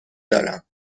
دارم